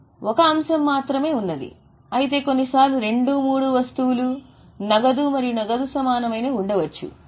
ఈ సమస్య లో ఒక అంశం మాత్రమే ఉంది అయితే కొన్నిసార్లు రెండు మూడు వస్తువులు నగదు మరియు నగదు సమానమైనవి ఉండవచ్చు